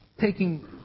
taking